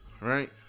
right